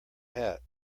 hat